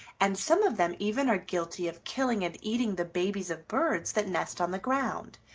and some of them even are guilty of killing and eating the babies of birds that nest on the ground,